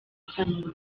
kanwa